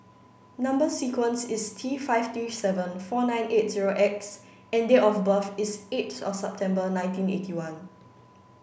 number sequence is T five three seven four nine eight zero X and date of birth is eight September nineteen eighty one